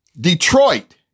Detroit